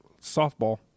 softball